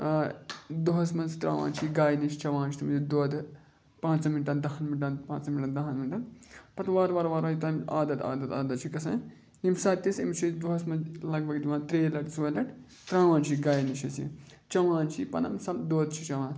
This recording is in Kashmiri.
دۄہَس منٛز ترٛاوان چھِ یہِ گاے نِش چَوان چھِ تٔمِس دۄدٕ پانٛژَن مِنٹَن دَہَن مِنٹَن پانٛژَن مِنٹَن دَہَن مِنٹَن پَتہٕ وارٕ وارٕ وارٕ وارٕ یوٚتانۍ عادَت عادَت عادَت چھِ گژھان ییٚمہِ ساتہٕ تہِ أسۍ أمِس چھِ أسۍ دۄہَس منٛز لگ بگ دِوان ترٛیٚیہِ لَٹہِ ژور لَٹہِ ترٛاوان چھِ یہِ گایہِ نِش أسۍ چٮ۪وان چھِ یہِ پَنُن سَب دۄد چھِ چٮ۪وان